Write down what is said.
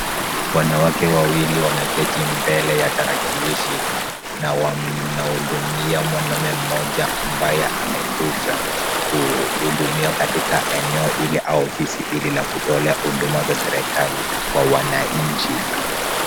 Wanawake wawili wameketi mbele ya tarakilishi na wanahudumia mwanaume mmoja ambaye amekuja kuhudumiwa katika eneo hili au ofisi hili la kutolea huduma za serekali kwa wananchi.